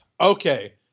okay